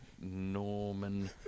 Norman